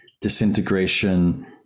disintegration